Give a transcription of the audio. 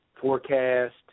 forecast